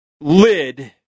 lid